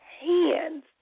hands